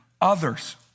others